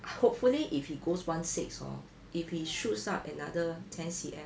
hopefully if he goes one six hor if he shoots up another ten C_M